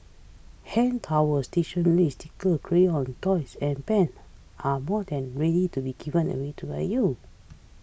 hand towels stationery stickers crayons toys and pens are more than ready to be given away to by you